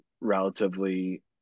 relatively